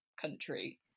country